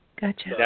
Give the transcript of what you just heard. Gotcha